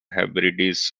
hebrides